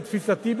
לתפיסתי,